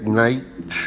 night